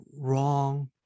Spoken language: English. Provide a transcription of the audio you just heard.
wrong